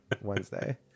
Wednesday